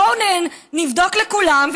בואו נבדוק לכולם,